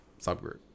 subgroup